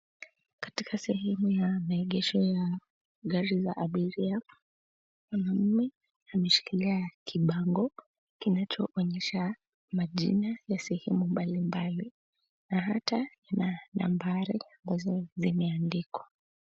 Katika sehemu ya maegesho ya gari la abiria mwanamume ameshikilia kibango kinachoonyesha majina ya sehemu mbalimbali na hata na nambari hizo zimeandikwa.